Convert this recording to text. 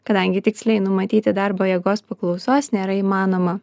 kadangi tiksliai numatyti darbo jėgos paklausos nėra įmanoma